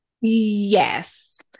Yes